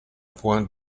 point